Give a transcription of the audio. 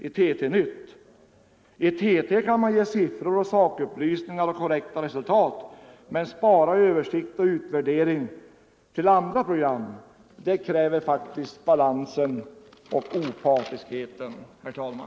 I dagsnyheterna kan man ge siffror och sakupplysningar och korrekta resultat, men man bör spara översikt och utvärdering till andra program. Det kräver faktiskt balansen och opartiskheten, herr talman!